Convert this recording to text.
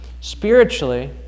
Spiritually